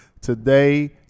Today